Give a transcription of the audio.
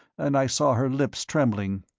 and i saw her lips trembling.